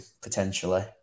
potentially